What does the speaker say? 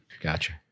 Gotcha